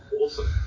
awesome